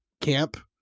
camp